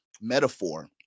metaphor